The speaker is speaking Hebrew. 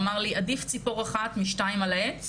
אמר לי: עדיף ציפור אחת ביד מאשר שתיים על העץ